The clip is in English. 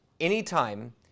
Anytime